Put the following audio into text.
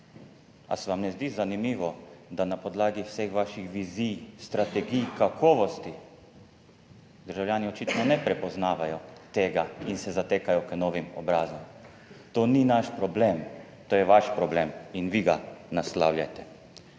Ali se vam ne zdi zanimivo, da na podlagi vseh vaših vizij, strategij, kakovosti državljani očitno ne prepoznavajo tega in se zatekajo k novim obrazom? To ni naš problem, to je vaš problem in vi ga naslavljate.